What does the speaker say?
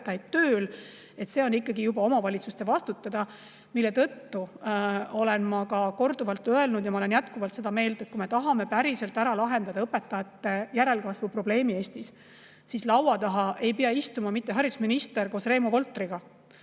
tööl. See on juba omavalitsuste vastutada, mille tõttu olen ma ka korduvalt öelnud ja olen jätkuvalt seda meelt, et kui me tahame päriselt ära lahendada õpetajate järelkasvu probleemi Eestis, siis laua taha ei pea istuma mitte haridusminister koos Reemo Voltriga,